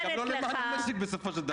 גם לא למען המשק בסופו של דבר.